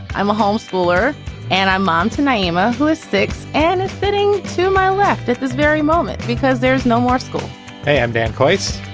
i'm a home schooler and i'm mom to nyima, who is six and is sitting to my left at this very moment because there is no more school hey, i'm dan coats,